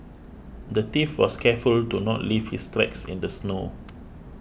the thief was careful to not leave his tracks in the snow